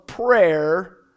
prayer